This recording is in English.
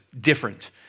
different